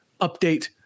update